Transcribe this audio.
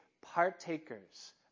partakers